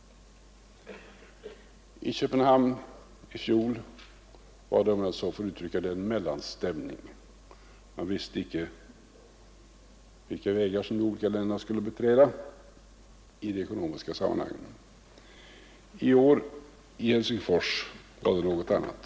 I Köpenhamn i fjol var det — om jag så får uttrycka mig — en mellanstämning. Man visste icke vilka vägar de olika länderna skulle beträda i de ekonomiska sammanhangen. I år i Helsingfors var det en annan stämning.